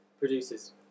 Produces